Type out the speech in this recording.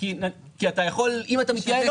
עדיין יש לך תמריץ להתייעל.